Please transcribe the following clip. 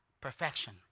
perfection